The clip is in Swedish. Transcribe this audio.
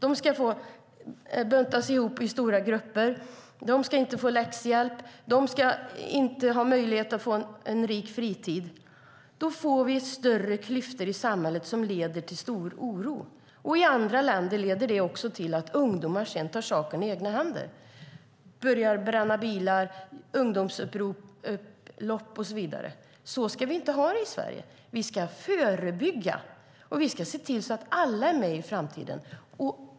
De ska buntas ihop i stora grupper, inte få läxhjälp, inte få en rik fritid. Då får vi större klyftor i samhället som leder till stor oro. I andra länder leder det till att ungdomar sedan tar saken i egna händer, bränner bilar, startar ungdomsupplopp och så vidare. Så ska vi inte ha det i Sverige. Vi ska förebygga och se till så att alla är med i framtiden.